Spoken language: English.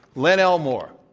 len elmore,